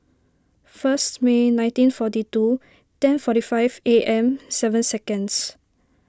first May nineteen forty two ten forty five A M seven seconds